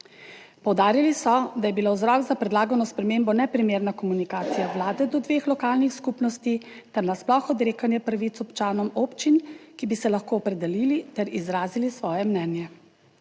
Poudarili so, da je bila vzrok za predlagano spremembo neprimerna komunikacija vlade do dveh lokalnih skupnosti ter nasploh odrekanje pravic občanom občin, ki bi se lahko opredelili ter izrazili svoje mnenje.